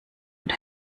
und